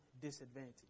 disadvantage